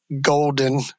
golden